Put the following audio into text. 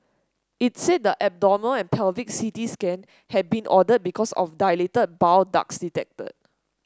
it said the abdominal and pelvic C T scan had been ordered because of dilated bile ducts detected